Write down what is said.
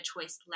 choice